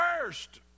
first